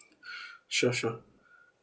sure sure